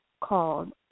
called